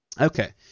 Okay